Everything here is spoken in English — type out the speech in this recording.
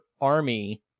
army